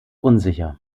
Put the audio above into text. unsicher